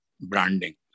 branding